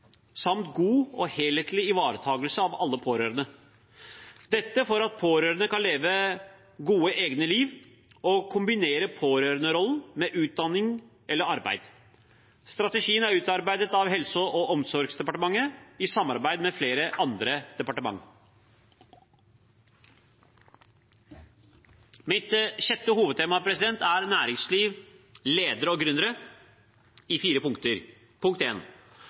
samt god og helhetlig ivaretakelse av alle pårørende, dette for at pårørende kan leve gode egne liv og kombinere pårørenderollen med utdanning eller arbeid. Strategien er utarbeidet av Helse- og omsorgsdepartementet i samarbeid med flere andre departementer. Mitt sjette hovedtema er næringsliv, ledere og gründere, i fire punkter. Punkt